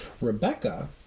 Rebecca